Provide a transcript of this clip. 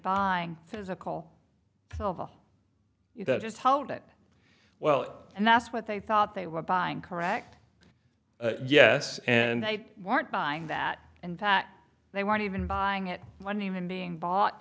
buying physical you know just how that well and that's what they thought they were buying correct yes and they weren't buying that and they weren't even buying it on even being bought